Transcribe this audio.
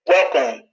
Welcome